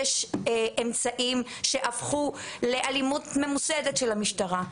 יש אמצעים שהפכו לאלימות ממוסדת של המשטרה,